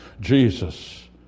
Jesus